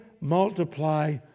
multiply